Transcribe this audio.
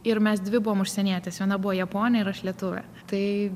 ir mes dvi buvom užsienietės viena buvo japonė ir aš lietuvė tai